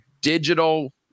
digital